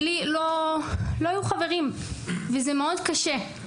שלי לא היו חברים וזה מאוד קשה.